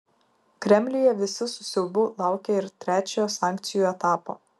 kremliuje visi su siaubu laukia ir trečiojo sankcijų etapo